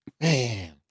man